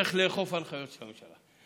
צריך לאכוף הנחיות של הממשלה,